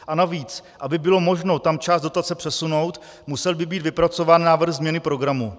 A navíc, aby bylo možno tam část dotace přesunout, musel by být vypracován návrh změny programu.